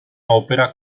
ópera